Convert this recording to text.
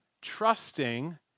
trusting